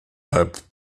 halb